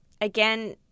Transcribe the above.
again